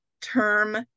term